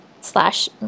slash